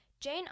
Jane